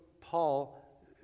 Paul